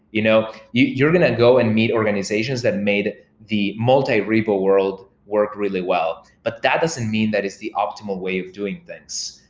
you know you're going to go and meet organizations that made the multi-repo world work really well, but that doesn't mean that it's the optimal way of doing things,